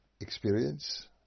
experience